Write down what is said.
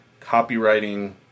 copywriting